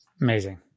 Amazing